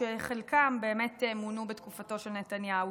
שחלקם באמת מונו בתקופתו של נתניהו,